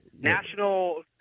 National